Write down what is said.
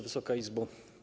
Wysoka Izbo!